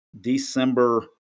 December